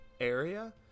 area